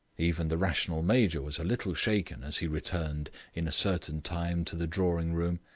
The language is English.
even the rational major was a little shaken as he returned in a certain time to the drawing-room.